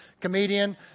comedian